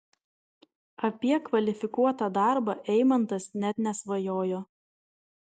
apie kvalifikuotą darbą eimantas net nesvajojo